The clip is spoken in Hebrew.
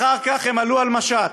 אחר כך הם עלו על משט,